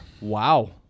Wow